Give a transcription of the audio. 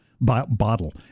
bottle